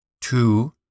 Two